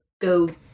go